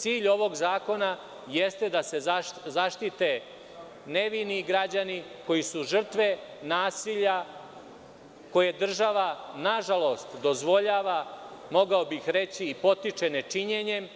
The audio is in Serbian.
Cilj ovog zakona jeste da se zaštite nevini građani, koji su žrtve nasilja koje država, nažalost, dozvoljava, mogao bih reći, ne činjenjem